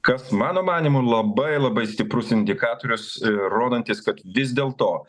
kas mano manymu labai labai stiprus indikatorius rodantis kad vis dėlto